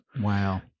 Wow